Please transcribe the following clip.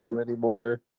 anymore